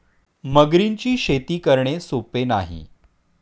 मगरींची शेती करणे सोपे नाही